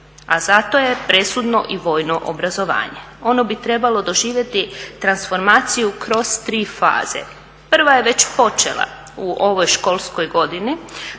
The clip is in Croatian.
a zato je presudno i vojno obrazovanje. Ono bi trebalo doživjeti transformaciju kroz 3 faze. Prva je već počela u ovoj školskoj godini,